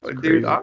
dude